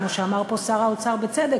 כמו שאמר פה שר האוצר, בצדק,